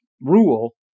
rule